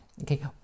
Okay